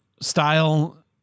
style